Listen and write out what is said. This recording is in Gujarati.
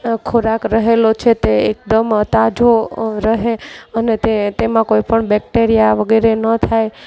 ખોરાક રહેલો છે તે એકદમ તાજો રહે અને તે તેમાં કોઈપણ બેક્ટેરિયા વગેરે ન થાય